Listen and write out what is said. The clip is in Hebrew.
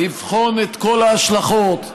לבחון את כל ההשלכות,